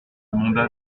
demanda